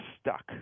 stuck